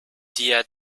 dir